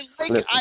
listen